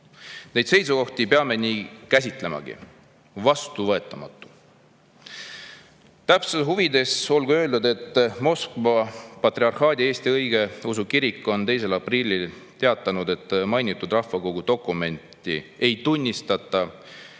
Neid seisukohti peame nii [hindamagi]: vastuvõetamatud! Täpsuse huvides olgu öeldud, et Moskva Patriarhaadi Eesti Õigeusu Kirik on 2. aprillil teatanud, et selle rahvakogu dokumenti ei tunnistata